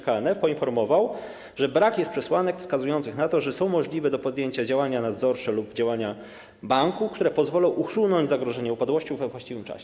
KNF poinformowała w piśmie, że brak jest przesłanek wskazujących na to, że są możliwe do podjęcia działania nadzorcze lub działania banku, które pozwolą usunąć zagrożenie upadłością we właściwym czasie.